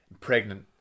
pregnant